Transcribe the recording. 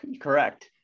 Correct